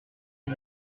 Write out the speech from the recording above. est